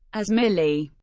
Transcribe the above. as millie,